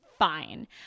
Fine